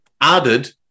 added